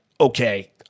okay